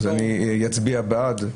אז אני אצביע בעד.